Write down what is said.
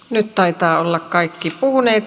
nyt ovat tainneet kaikki puhua